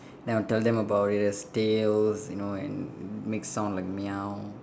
then I'll tell them about it has tails you know and make sound like meow